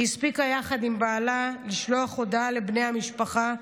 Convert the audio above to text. היא הספיקה יחד עם בעלה לשלוח הודעה לבני המשפחה,